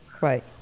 right